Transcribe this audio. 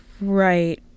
Right